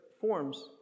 forms